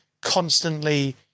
constantly